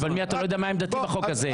אבל אתה לא יודע מה עמדתי בחוק הזה.